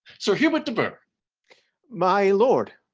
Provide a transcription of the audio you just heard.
sir hubert de burgh my lord?